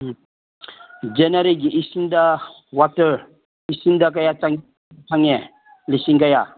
ꯎꯝ ꯖꯅꯋꯥꯔꯤꯒꯤ ꯏꯁꯤꯡꯗ ꯋꯥꯇꯔ ꯏꯁꯤꯡꯗ ꯀꯌꯥ ꯆꯪꯉꯦ ꯂꯤꯁꯤꯡ ꯀꯌꯥ